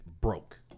broke